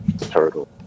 turtle